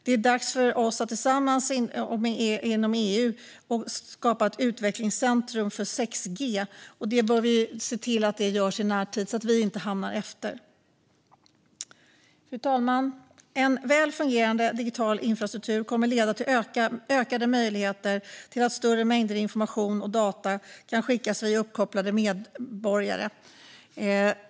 Det är dags för oss att tillsammans inom EU skapa ett utvecklingscentrum för 6G. Det bör vi se till att göra i närtid så att vi inte hamnar efter. Fru talman! En väl fungerande digital infrastruktur kommer att leda till ökade möjligheter för större mängder information och data att skickas via uppkopplade medborgare.